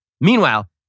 Meanwhile